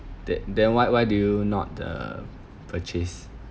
that then why why do you not uh purchase